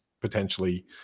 potentially